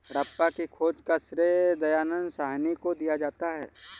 हड़प्पा की खोज का श्रेय दयानन्द साहनी को दिया जाता है